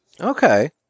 Okay